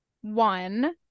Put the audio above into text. One